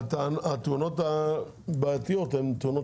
הטענה שהתאונות הבעייתיות הן תאונות